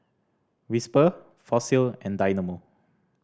Whisper Fossil and Dynamo